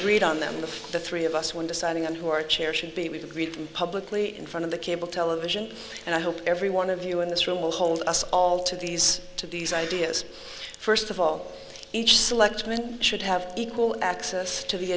agreed on them to the three of us when deciding on who are chair should be read publicly in front of the cable television and i hope every one of you in this room will hold us all to these to these ideas first of all each selectman should have equal access to the